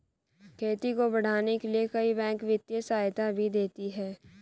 खेती को बढ़ाने के लिए कई बैंक वित्तीय सहायता भी देती है